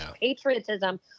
patriotism